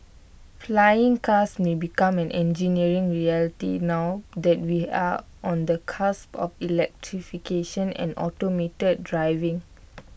flying cars may becoming an engineering reality now that we are on the cusp of electrification and automated driving